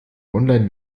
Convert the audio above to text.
online